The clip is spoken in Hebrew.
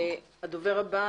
הדובר הבא,